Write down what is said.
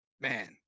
Man